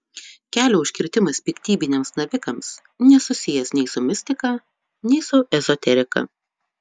kelio užkirtimas piktybiniams navikams nesusijęs nei su mistika nei su ezoterika